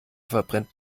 verbrennt